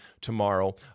tomorrow